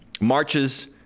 marches